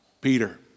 Peter